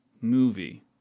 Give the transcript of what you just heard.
movie